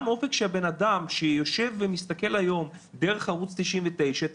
גם אופק של בן אדם שיושב ומסתכל היום דרך ערוץ 99 על